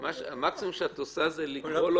--- המקסימום שאת עושה זה לקרוא לו